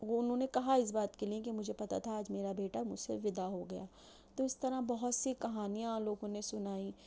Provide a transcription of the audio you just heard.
وہ اُنہوں نے کہا اِس بات کے لئے کہ مجھے پتہ تھا آج میرا بٹیا مجھ سے وداع ہو گیا تو اِس طرح بہت سی کہانیاں لوگوں نے سُنائی